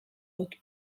dut